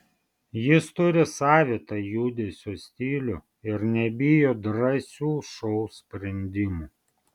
jis turi savitą judesio stilių ir nebijo drąsių šou sprendimų